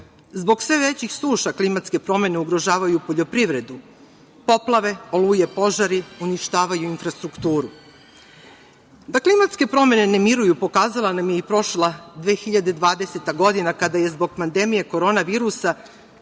Zbog sve većih suša klimatske promene ugrožavaju poljoprivredu, poplave, oluje, požari uništavaju infrastrukturu. Da klimatske promene ne miruju pokazala nam je i prošla 2020. godina, kada je zbog pandemija korona virusa